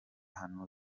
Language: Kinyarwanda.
hano